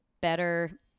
better